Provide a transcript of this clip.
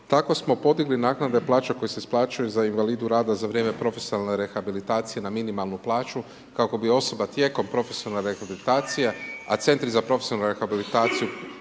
Tako smo podigli naknade plaća koje se isplaćuju za invalidu rada za vrijeme profesionalne rehabilitacije na minimalnu plaću, kako bi osoba tijekom profesionalne rehabilitacije, a centri za profesionalnu rehabilitaciju,